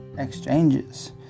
exchanges